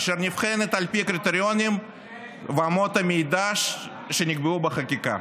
אשר נבחנת על פי קריטריונים ואמות המידה שנקבעו בחקיקה.